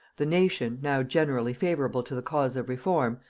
the nation, now generally favorable to the cause of reform,